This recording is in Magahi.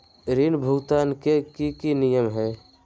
ऋण भुगतान के की की नियम है?